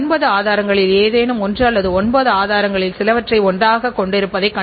நிர்வாக கட்டுப்பாட்டு அமைப்பின் இந்த தலைப்பில் நான் உங்களோடு சில முக்கியமான விஷயங்களைப் பற்றி பேசினோம்